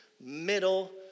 middle